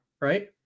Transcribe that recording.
right